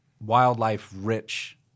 wildlife-rich